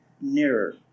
nearer